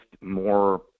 more